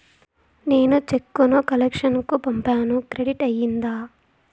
నేను చెక్కు ను కలెక్షన్ కు పంపాను క్రెడిట్ అయ్యిందా